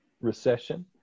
recession